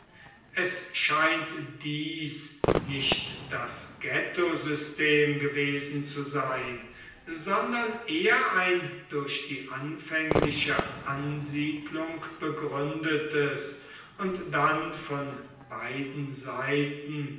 es scheint dies nicht das ghettosystem gewesen zu sein sondern eher ein durch die anfängliche ansiedlung begründetes und dann von beiden seiten